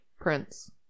prince